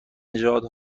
نژاد